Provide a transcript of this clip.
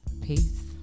Peace